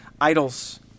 idols